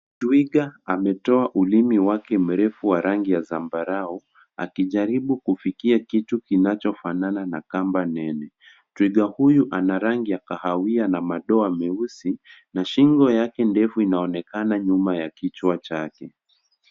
Twiga ametoa ulimi wake mrefu wa rangi ya zambarau, akijaribu kufikia kitu kinachofanana na kamba nene. Twiga huyu ana rangi ya kahawia na madoa meusi, na shingo yake ndefu inaonekana nyuma ya kichwa chake.